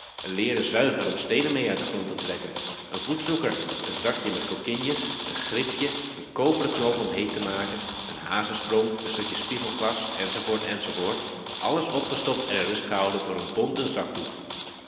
een leeren zuiger om steenen mee uit den grond te trekken een voetzoeker een zakje met kokinjes een grifje een koperen knoop om heet te maken een hazesprong een stukje spiegelglas enz enz alles opgestopt en in rust gehouden door een bonten zakdoek